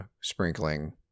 sprinkling